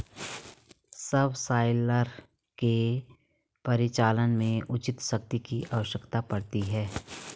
subsoiler के परिचालन में उच्च शक्ति की आवश्यकता पड़ती है